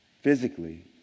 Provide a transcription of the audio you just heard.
physically